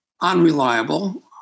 unreliable